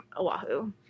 Oahu